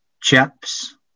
chips